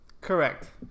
Correct